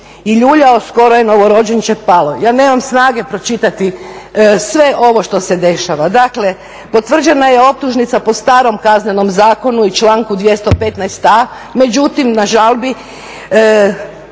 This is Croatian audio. i ljuljao, skoro je novorođenče palo. Ja nemam snage pročitati sve ovo što se dešava. Dakle, potvrđena je optužnica po starom Kaznenom zakonu i članku 215.a, međutim na žalbi